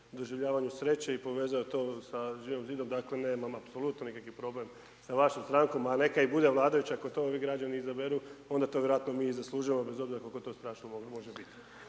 doživljavanju sreće i povezao je to sa Živim zidom. Dakle apsolutno nikakav problem sa vašom strankom, a neka i bude vladajuća ako to ovi građani izaberu onda to vjerojatno mi i zaslužujemo bez obzira koliko to strašno može bit.